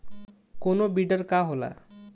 कोनो बिडर का होला?